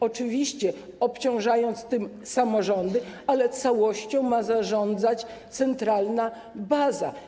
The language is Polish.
Oczywiście obciąża się tym samorządy, ale całością ma zarządzać centralna baza.